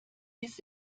bis